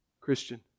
Christian